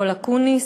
קול אקוניס,